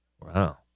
Wow